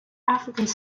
africans